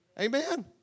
Amen